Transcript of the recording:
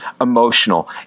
emotional